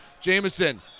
Jameson